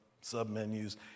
sub-menus